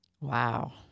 Wow